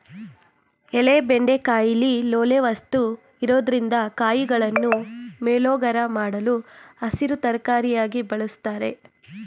ಎಳೆ ಬೆಂಡೆಕಾಯಿಲಿ ಲೋಳೆ ವಸ್ತು ಇರೊದ್ರಿಂದ ಕಾಯಿಗಳನ್ನು ಮೇಲೋಗರ ಮಾಡಲು ಹಸಿರು ತರಕಾರಿಯಾಗಿ ಬಳುಸ್ತಾರೆ